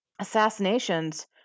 assassinations